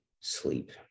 sleep